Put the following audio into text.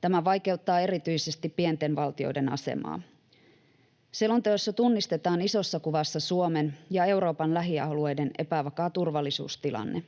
Tämä vaikeuttaa erityisesti pienten valtioiden asemaa. Selonteossa tunnistetaan isossa kuvassa Suomen ja Euroopan lähialueiden epävakaa turvallisuustilanne.